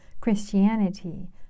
christianity